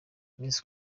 miss